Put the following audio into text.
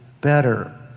better